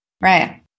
right